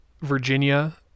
Virginia